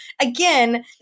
again